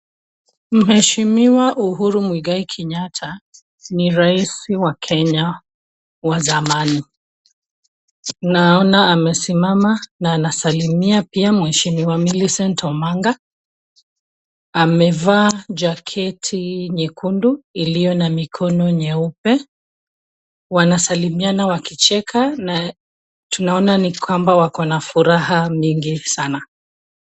Mheshimiwa Uhuru Muigai Kenyatta ni rais wa Kenya wa zamani. Naona amesimama na anasalimia pia mheshimiwa Millicent Omanga. Amevaa jaketi nyekundu iliyo na mikono nyeupe. Wanasalimiana wakicheka na tunaona ni kwamba wako na furaha mingi sana.